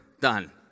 Done